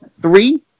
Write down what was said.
three